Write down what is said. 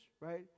right